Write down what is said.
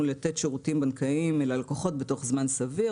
לתת שירותים בנקאיים ללקוחות בתוך זמן סביר,